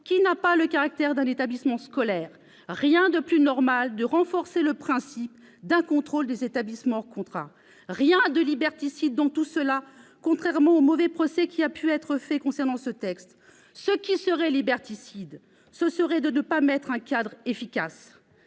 qui n'a pas le caractère d'un établissement scolaire. Absolument ! Rien n'est plus normal que de renforcer le principe d'un contrôle des établissements hors contrat. Il n'y a rien de liberticide dans tout cela, contrairement au mauvais procès qui a pu être fait à ce texte. Ce qui serait liberticide, ce serait de ne pas fixer un cadre efficace.